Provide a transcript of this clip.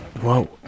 Whoa